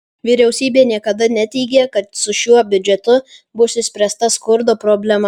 vyriausybė niekada neteigė kad su šiuo biudžetu bus išspręsta skurdo problema